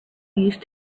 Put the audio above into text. used